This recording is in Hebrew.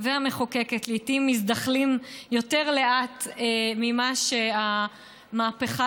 והמחוקקת לעיתים מזדחלים יותר לאט ממה שהמהפכה